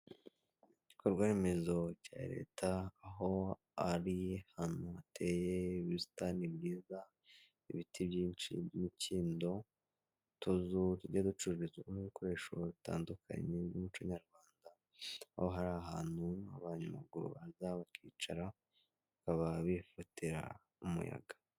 Ibikorwa remezo bya leta aho ari ahantu hateye ubusitani bwiza ibiti byinshi n'imikindo utuzu tugiye ducururizwamo, ibikoresho bitandukanye by'umuco nyarwanda aho hari ahantu abanyamaguru baza bakicara bakaba bifatira umuyaga.